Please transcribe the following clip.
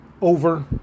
over